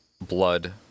blood